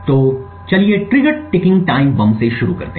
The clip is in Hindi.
तो चलिए ट्रिगर टीकिंग टाइम बम से शुरू करते हैं